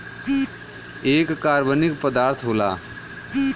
एक कार्बनिक पदार्थ होला